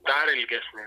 dar ilgesnį